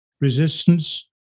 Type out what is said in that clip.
resistance